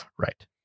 right